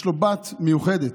יש לו בת מיוחדת,